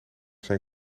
zijn